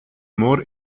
more